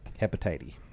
Hepatitis